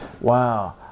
wow